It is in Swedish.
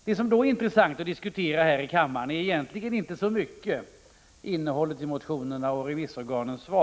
Det som är intressant att diskutera här i kammaren är egentligen inte så mycket innehållet i motionerna och remissorganens svar.